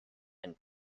and